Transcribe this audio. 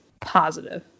positive